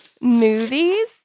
movies